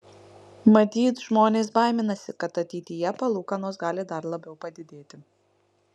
matyt žmonės baiminasi kad ateityje palūkanos gali dar labiau padidėti